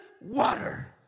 water